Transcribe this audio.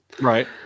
Right